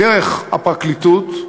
דרך הפרקליטות,